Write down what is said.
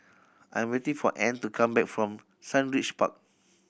I 'm waiting for Ann to come back from Sundridge Park